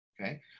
Okay